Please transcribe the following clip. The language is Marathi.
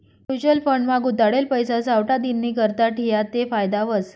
म्युच्युअल फंड मा गुताडेल पैसा सावठा दिननीकरता ठियात ते फायदा व्हस